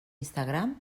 instagram